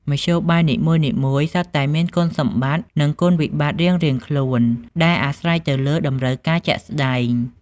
មធ្យោបាយនីមួយៗសុទ្ធតែមានគុណសម្បត្តិនិងគុណវិបត្តិរៀងៗខ្លួនដែលអាស្រ័យទៅលើតម្រូវការជាក់ស្តែង។